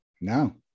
no